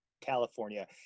California